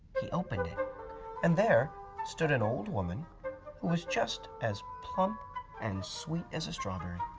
he opened and there stood an old woman who was just as plump and sweet as a strawberry. ah,